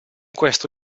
questo